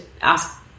ask